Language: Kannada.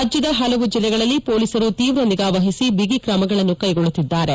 ರಾಜ್ವದ ಹಲವು ಜಿಲ್ಲೆಗಳಲ್ಲಿ ಪೊಲೀಸರು ತೀವ್ರ ನಿಗಾ ವಹಿಸಿ ಬಿಗಿ ಕ್ರಮಗಳನ್ನು ಕೈಗೊಳ್ಳುತ್ತಿದ್ದಾರೆ